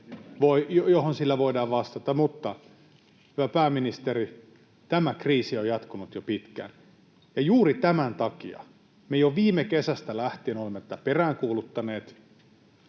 syöksyyn voidaan vastata. Mutta, hyvä pääministeri, tämä kriisi on jatkunut jo pitkään, ja juuri tämän takia me jo viime kesästä lähtien olemme tätä peräänkuuluttaneet,